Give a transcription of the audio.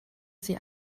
sie